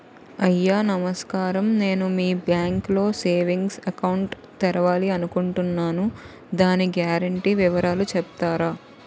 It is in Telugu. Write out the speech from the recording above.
అయ్యా నమస్కారం నేను మీ బ్యాంక్ లో సేవింగ్స్ అకౌంట్ తెరవాలి అనుకుంటున్నాను దాని గ్యారంటీ వివరాలు చెప్తారా?